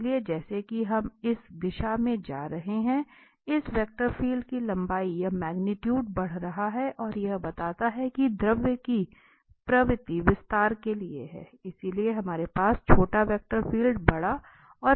इसलिए जैसा कि हम इस दिशा में जा रहे हैं इस वेक्टर फील्ड की लंबाई या मैग्नीट्यूट बढ़ रहा है और यह बताता है कि द्रव की प्रवृत्ति विस्तार के लिए है इसलिए हमारे पास छोटा वेक्टर फील्ड बड़ा और फिर बड़ा है